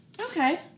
Okay